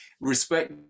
respect